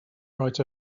right